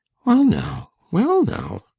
well now well now.